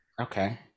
Okay